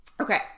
Okay